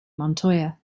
montoya